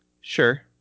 Sure